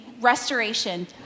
restoration